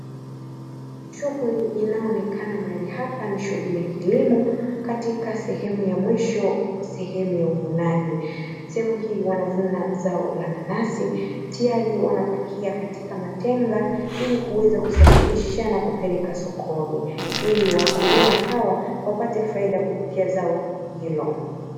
Shughuli inayoonekana mahali hapa ni shughuli ya kilimo katika sehemu ya mwisho sehemu ya uvunaji. Sehemu hii wanavuna zao la nanasi tayari wanapakia katika matenga ili kuweza kusafirisha na kupeleka sokoni ili wakulima hawa wapate faida kupitia zao hilo.